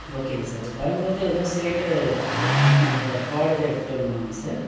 ஓகேங்க சார் வரும் போது வந்து சிலிண்ட்ரு அப் அந்த கார்டு எதுவும் எடுத்துகிட்டு வரணுமாங்க சார்